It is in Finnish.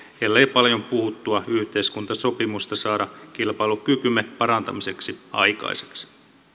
ellei paljon puhuttua yhteiskuntasopimusta saada kilpailukykymme parantamiseksi aikaiseksi